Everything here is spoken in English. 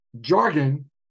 jargon